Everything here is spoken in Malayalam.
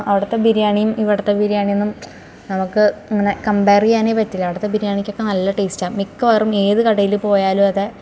അവിടുത്തെ ബിരിയാണിയും ഇവിടുത്തെ ബിരിയാണി ഒന്നും നമുക്ക് ഇങ്ങനെ കംമ്പയർ ചെയ്യാനേ പറ്റില്ല അവിടുത്തെ ബിരിയാണിക്കൊക്കെ നല്ല ടേസ്റ്റ് ആണ് മിക്കവാറും ഏത് കടയിൽ പോയാലും അതെ